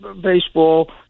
baseball